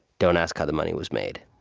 don't ask how the money was made.